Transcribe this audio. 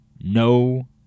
no